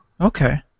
Okay